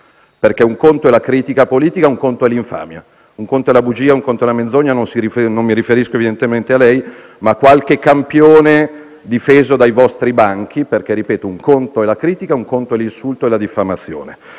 perché un conto è la critica politica, un conto è l'infamia; un conto è la bugia, un conto è la menzogna. Non mi riferisco evidentemente a lei, senatore, ma a qualche campione difeso dai vostri banchi. *(Commenti dal Gruppo PD).* Ripeto - un conto è la critica, un conto sono l'insulto e la diffamazione.